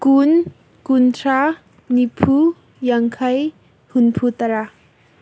ꯀꯨꯟ ꯀꯨꯟꯊ꯭ꯔꯥ ꯅꯤꯐꯨ ꯌꯥꯡꯈꯩ ꯍꯨꯝꯐꯨ ꯇꯔꯥ